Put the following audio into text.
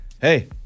hey